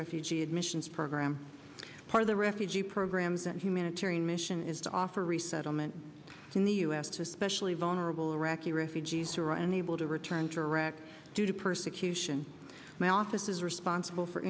refugee admissions program part of the refugee programs and humanitarian mission is to offer resettlement in the u s to especially vulnerable iraqi refugees who are unable to return to wreck due to persecution my office is responsible for